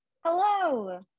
hello